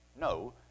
No